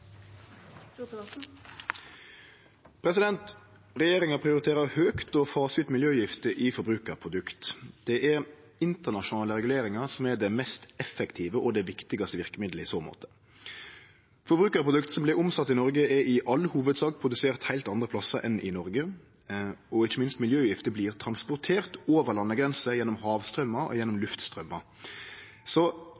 Regjeringa prioriterer høgt å fase ut miljøgifter i forbrukarprodukt. Det er internasjonale reguleringar som er det mest effektive og det viktigaste verkemiddelet i så måte. Forbrukarprodukt som vert omsette i Noreg, er i all hovudsak produserte heilt andre plassar enn i Noreg. Ikkje minst vert miljøgifter transporterte over landegrenser gjennom havstraumar og